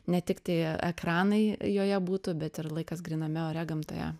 ne tiktai ekranai joje būtų bet ir laikas gryname ore gamtoje